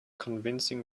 convincing